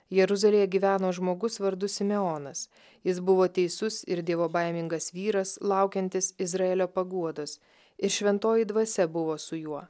jeruzalėje gyveno žmogus vardu simeonas jis buvo teisus ir dievobaimingas vyras laukiantis izraelio paguodos ir šventoji dvasia buvo su juo